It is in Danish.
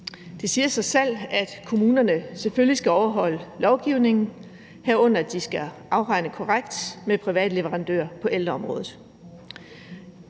Det siger sig selv, at kommunerne selvfølgelig skal overholde lovgivningen, herunder at afregne korrekt med private leverandører på ældreområdet.